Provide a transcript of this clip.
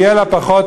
יהיה לה פחות,